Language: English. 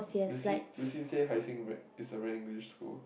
Re-Xin Re-Xin say Hai-Sing rag is a very English school